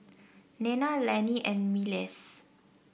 Nena Lanny and Myles